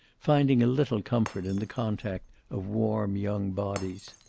finding a little comfort in the contact of warm young bodies.